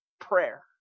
prayer